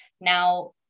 Now